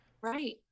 Right